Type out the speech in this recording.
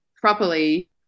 properly